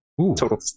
Total